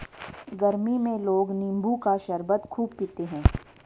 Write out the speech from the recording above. गरमी में लोग नींबू का शरबत खूब पीते है